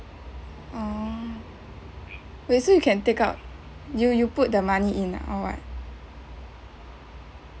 oh wait so you can take out you you put the money in ah or what